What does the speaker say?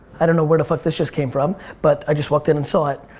i don't know where the fuck this just came from but i just walked in and saw it.